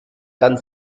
dann